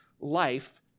life